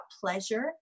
pleasure